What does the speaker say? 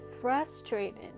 frustrated